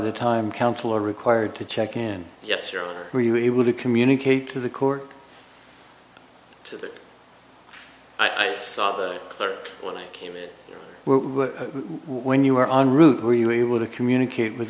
the time counselor required to check in yes your honor were you able to communicate to the court to that i saw the clerk when i came it when you were on route were you able to communicate with